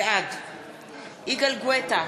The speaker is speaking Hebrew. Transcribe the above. בעד יגאל גואטה,